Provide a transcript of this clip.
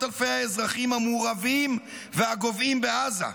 אלפי האזרחים המורעבים והגוועים בעזה,